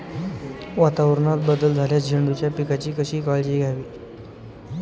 वातावरणात बदल झाल्यास झेंडूच्या पिकाची कशी काळजी घ्यावी?